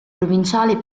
provinciale